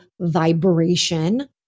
vibration